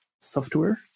software